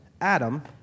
Adam